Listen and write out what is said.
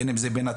בין אם זה בנתניה.